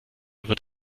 wird